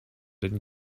den